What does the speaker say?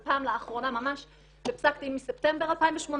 ופעם לאחרונה ממש בפסק דין מספטמבר 2018,